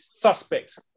suspect